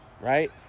right